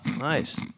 nice